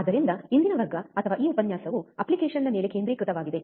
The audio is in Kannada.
ಆದ್ದರಿಂದ ಇಂದಿನ ವರ್ಗ ಅಥವಾ ಈ ಉಪನ್ಯಾಸವು ಅಪ್ಲಿಕೇಶನ್ನ ಮೇಲೆ ಕೇಂದ್ರೀಕೃತವಾಗಿದೆ